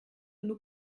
nous